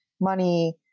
money